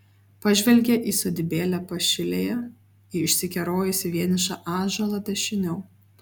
pažvelgė į sodybėlę pašilėje į išsikerojusį vienišą ąžuolą dešiniau